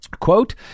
Quote